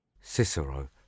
Cicero